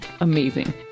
amazing